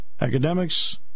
academics